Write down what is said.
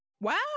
Wow